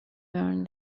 earn